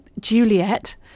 Juliet